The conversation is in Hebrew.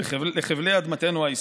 לחבלי אדמתנו ההיסטורית.